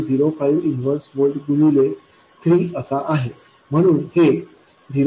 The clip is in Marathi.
05 इन्वर्स व्होल्ट गुणिले 3 असा आहे म्हणून हे 0